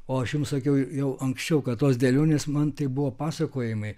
o aš jums sakiau jau anksčiau kad tos dėlionės man tai buvo pasakojimai